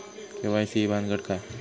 KYC ही भानगड काय?